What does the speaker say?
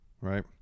right